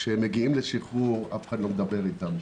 כשהם מגיעים לשחרור אף אחד לא מדבר איתם.